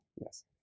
Yes